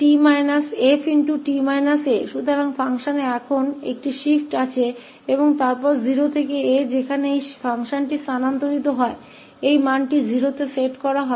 तो फ़ंक्शन में अब और फिर 0 से a में एक बदलाव होता है जहां यह फ़ंक्शन स्थानांतरित हो जाता है मान 0 पर सेट होता है